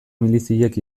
miliziek